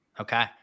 Okay